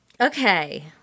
Okay